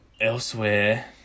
elsewhere